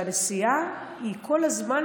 והנסיעה היא כל הזמן,